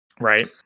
Right